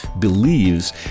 believes